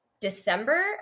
December